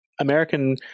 American